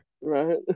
right